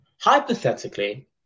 hypothetically